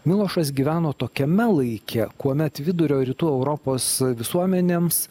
milošas gyveno tokiame laike kuomet vidurio rytų europos visuomenėms